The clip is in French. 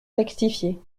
rectifié